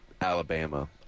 Alabama